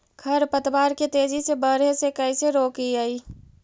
खर पतवार के तेजी से बढ़े से कैसे रोकिअइ?